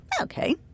Okay